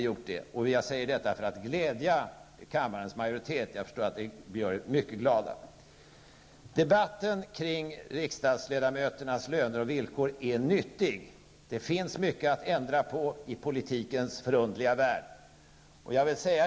Jag säger detta för att glädja kammarens majoritet. Jag förstår att det gör er mycket glada. Debatten kring riksdagsledamöternas löner och villkor är nyttig. Det finns mycket att ändra på i politikens förunderliga värld.